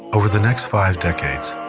over the next five decades,